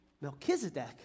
Melchizedek